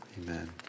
amen